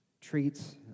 treats